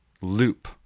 loop